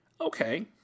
Okay